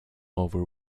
over